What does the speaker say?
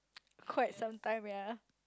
quite sometime ya